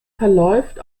verläuft